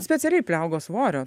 specialiai priaugo svorio